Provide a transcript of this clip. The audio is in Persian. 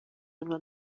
اونو